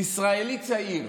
ישראלי צעיר